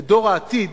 ודור העתיד